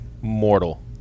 Mortal